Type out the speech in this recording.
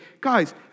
guys